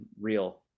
real